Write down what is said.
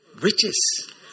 Riches